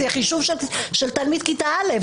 זה חישוב של תלמיד כיתה א'.